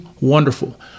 Wonderful